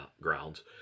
Grounds